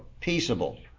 peaceable